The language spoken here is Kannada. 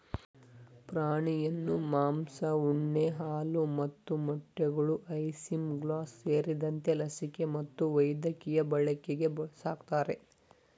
ಪ್ರಾಣಿಯನ್ನು ಮಾಂಸ ಉಣ್ಣೆ ಹಾಲು ಮತ್ತು ಮೊಟ್ಟೆಗಳು ಐಸಿಂಗ್ಲಾಸ್ ಸೇರಿದಂತೆ ಲಸಿಕೆ ಮತ್ತು ವೈದ್ಯಕೀಯ ಬಳಕೆಗೆ ಸಾಕ್ತರೆ